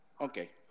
Okay